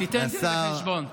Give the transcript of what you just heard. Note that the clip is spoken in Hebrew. תיתן דין וחשבון.